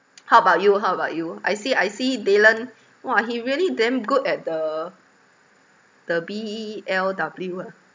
how about you how about you I see I see dylan !wah! he really damn good at the the B_E_E_L_W ah